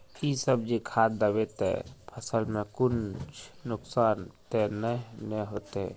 इ सब जे खाद दबे ते फसल में कुछ नुकसान ते नय ने होते